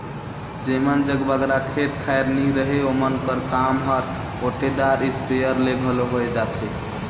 जेमन जग बगरा खेत खाएर नी रहें ओमन कर काम हर ओटेदार इस्पेयर ले घलो होए जाथे